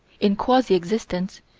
in quasi-existence,